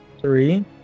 three